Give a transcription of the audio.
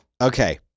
Okay